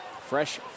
Fresh